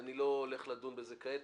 אני לא הולך לדון בזה כעת,